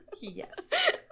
Yes